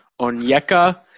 Onyeka